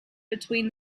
between